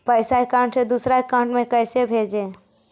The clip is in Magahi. पैसा अकाउंट से दूसरा अकाउंट में कैसे भेजे?